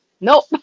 Nope